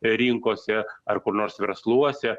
rinkose ar kur nors versluose